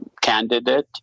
candidate